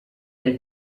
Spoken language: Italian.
del